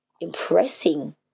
impressing